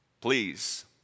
Please